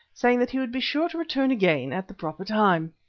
saying that he would be sure to return again at the proper time.